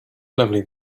lovely